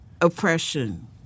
oppression